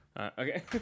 Okay